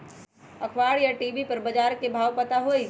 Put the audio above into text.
अखबार या टी.वी पर बजार के भाव पता होई?